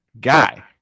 Guy